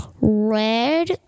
Red